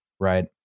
Right